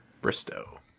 Bristow